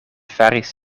faris